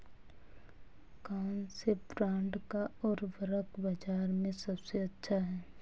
कौनसे ब्रांड का उर्वरक बाज़ार में सबसे अच्छा हैं?